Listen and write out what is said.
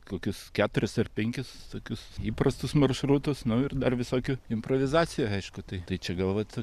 kokius keturis ar penkis tokius įprastus maršrutus nu ir dar visokių improvizacijų aišku tai tai čia gal vat